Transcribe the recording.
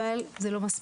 אבל זה לא מספיק,